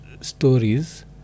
stories